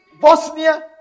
Bosnia